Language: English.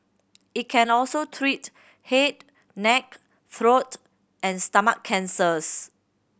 it can also treat head neck throat and stomach cancers